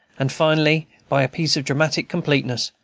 and finally, by a piece of dramatic completeness,